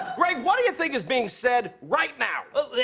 greg, what do you think is being said right now? well,